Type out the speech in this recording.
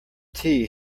tea